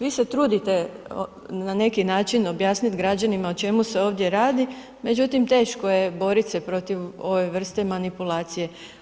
Vi se trudite na neki način objasniti građanima o čemu se ovdje radi, međutim teško je boriti se protiv ove vrste manipulacije.